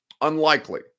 unlikely